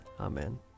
Amen